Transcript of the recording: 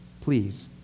Please